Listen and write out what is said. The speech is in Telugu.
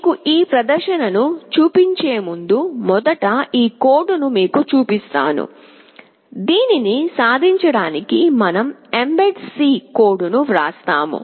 మీకుఈ ప్రదర్శనను చూపించే ముందు మొదట ఈ కోడ్ను మీకు చూపిస్తాను దీనిని సాధించడానికి మనం ఎంబెడ్ C కోడ్ను వ్రాసాము